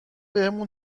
بهمون